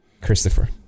Christopher